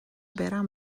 برم